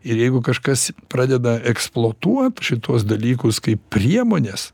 ir jeigu kažkas pradeda eksploatuot šituos dalykus kaip priemones